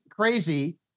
Crazy